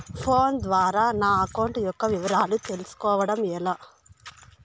Phone ద్వారా నా account యొక్క వివరాలు తెలుస్కోవడం ఎలా?